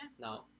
No